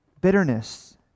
bitterness